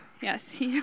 yes